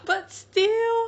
but still